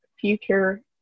future